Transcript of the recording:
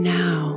now